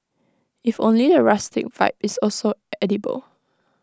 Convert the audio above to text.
if only the rustic vibe is also edible